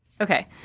Okay